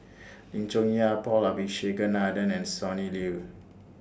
Lim Chong Yah Paul Abisheganaden and Sonny Liew